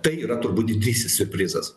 tai yra turbūt didysis siurprizas